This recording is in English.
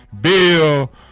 Bill